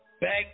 back